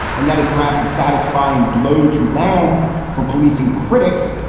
and that is perhaps a satisfying blow to land for policing critics.